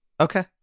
Okay